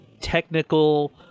technical